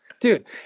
dude